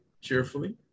cheerfully